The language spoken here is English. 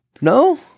No